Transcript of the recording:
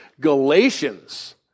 Galatians